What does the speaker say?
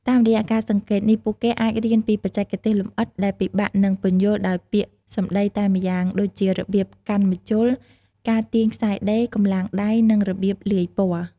តាមរយៈការសង្កេតនេះ ពួកគេអាចរៀនពីបច្ចេកទេសលម្អិត ដែលពិបាកនឹងពន្យល់ដោយពាក្យសម្ដីតែម្យ៉ាង ដូចជារបៀបកាន់ម្ជុល ការទាញខ្សែដេរ កម្លាំងដៃ និងរបៀបលាយពណ៌។